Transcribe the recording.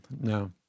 No